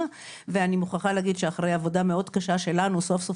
ואני מוכרחה להגיד שאחרי עבודה מאוד קשה שלנו סוף סוף